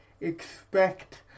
Expect